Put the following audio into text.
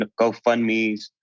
GoFundMes